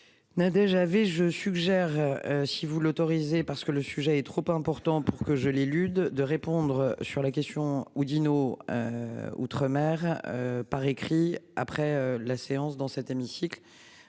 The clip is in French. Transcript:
a déjà vu, je suggère. Si vous l'autorisez parce que le sujet est trop important pour que je l'ai lu de répondre sur la question Oudinot. Outre-mer. Par écrit, après la séance dans cet hémicycle